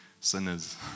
sinners